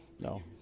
no